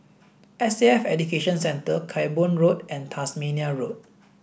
S A F Education Centre Camborne Road and Tasmania Road